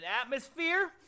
atmosphere